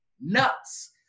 nuts